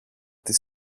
τις